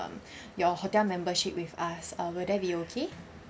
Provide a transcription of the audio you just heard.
um your hotel membership with us uh will that be okay